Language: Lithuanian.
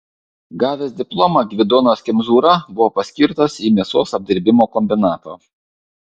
gavęs diplomą gvidonas kemzūra buvo paskirtas į mėsos apdirbimo kombinatą